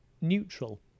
neutral